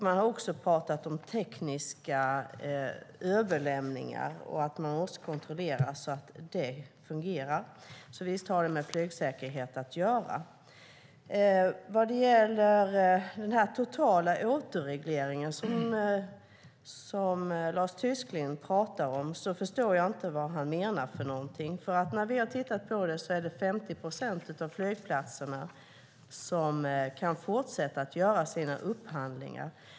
Man har också pratat om tekniska överlämningar och att man måste kontrollera att det fungerar. Så visst har det med flygsäkerhet att göra. Vad gäller den totala återreglering som Lars Tysklind pratar om förstår jag inte vad han menar. När vi har tittat på det är det 50 procent av flygplatserna som kan fortsätta att göra sina upphandlingar.